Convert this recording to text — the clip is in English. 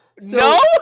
No